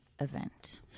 event